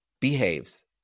behaves